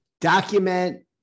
document